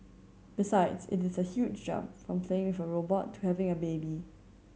besides it is a huge jump from playing with a robot to having a baby